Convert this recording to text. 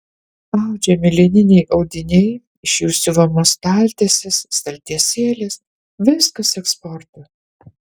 audžiami lininiai audiniai iš jų siuvamos staltiesės staltiesėlės viskas eksportui